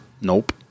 Nope